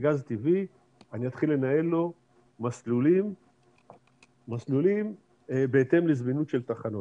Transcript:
בגז טבעי אני אתחיל לנהל לו מסלולים בהתאם לזמינות של תחנות.